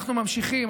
אנחנו ממשיכים,